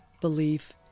belief